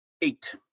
Eight